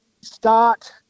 start